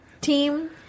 team